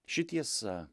ši tiesa